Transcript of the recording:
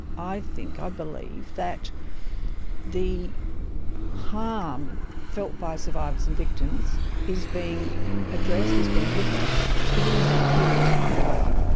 i think, i believe that the harm felt by survivors and victims is being addressed, is being lifted, it's beginning to heal, in a way.